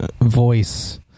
voice